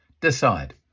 Decide